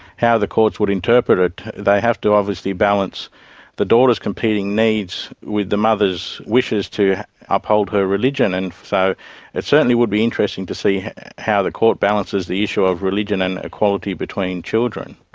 how the courts would interpret it. they have to obviously balance the daughter's competing needs with the mother's wishes to uphold her religion, and so it certainly would be interesting to see how the court balances the issue of religion and equality between children.